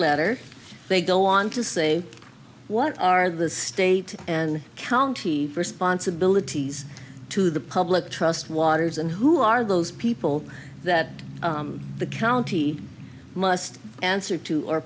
letter they go on to say what are the state and county responsibilities to the public trust waters and who are those people that the county must answer to or